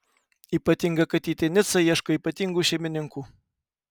ypatinga katytė nica ieško ypatingų šeimininkų